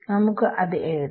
നമുക്ക് അത് എഴുതാം